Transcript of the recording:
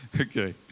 Okay